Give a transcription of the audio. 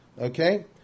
okay